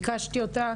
ביקשתי אותה.